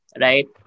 right